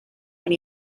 when